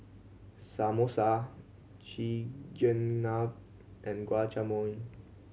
Samosa Chigenabe and Guacamole